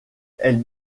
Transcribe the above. elles